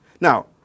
now